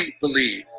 believe